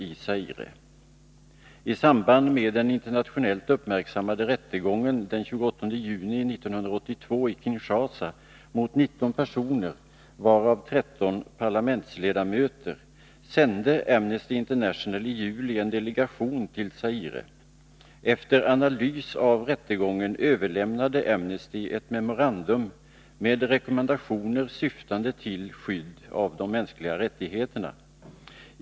I samband med den internationellt uppmärksammade rättegången den 28 juni 1982 i Kinshasa mot 19 personer, varav 13 parlamentsledamöter, sände Amnesty International i juli en delegation till Zaire. Efter analys av rättegången överlämnade Amnesty ett memorandum med rekommendationer syftande till skydd av de mänskliga rättigheterna.